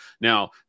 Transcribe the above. now